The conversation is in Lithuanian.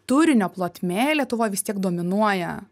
turinio plotmėj lietuvoj vis tiek dominuoja